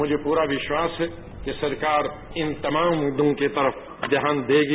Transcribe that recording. मुझे पूरा विश्वास है कि सरकार इन तमाम मुद्दों की तरफ ध्यान देगी